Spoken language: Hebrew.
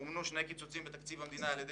מומנו שני קיצוצים בתקציב המדינה על ידי